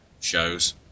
shows